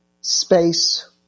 space